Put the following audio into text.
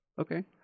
Okay